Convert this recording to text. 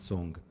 Song